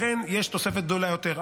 לכן יש תוספת גדולה יותר,